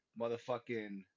motherfucking